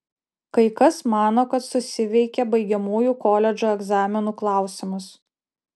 kai kas mano kad susiveikė baigiamųjų koledžo egzaminų klausimus